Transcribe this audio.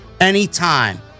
anytime